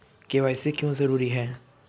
KYC क्यों जरूरी है?